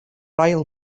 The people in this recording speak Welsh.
ail